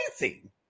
amazing